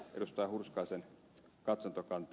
hurskaisen katsantokantaa